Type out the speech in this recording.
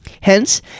Hence